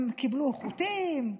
הם קיבלו חוטים,